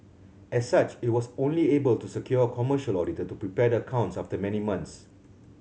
as such it was only able to secure a commercial auditor to prepare the accounts after many months